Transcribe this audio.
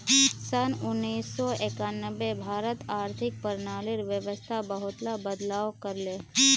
सन उन्नीस सौ एक्यानवेत भारत आर्थिक प्रणालीर व्यवस्थात बहुतला बदलाव कर ले